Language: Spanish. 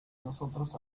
nosotros